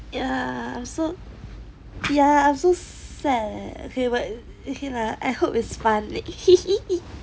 ya so I'm so sad leh okay lah I hope is fun